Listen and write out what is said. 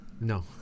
no